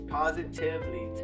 positively